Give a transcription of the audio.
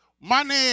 money